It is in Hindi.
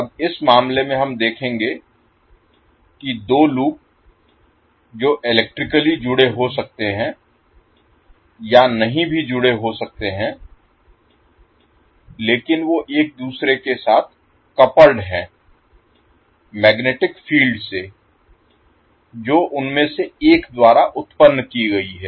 अब इस मामले में हम देखेंगे कि दो लूप जो इलेक्ट्रिकली जुड़े हो सकते है या नहीं भी जुड़े हो सकते है लेकिन वो एक दूसरे के साथ कपल्ड है मैग्नेटिक फील्ड से जो उनमें से एक द्वारा उत्पन्न की गई है